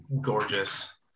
gorgeous